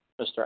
Mr